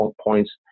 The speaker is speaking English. points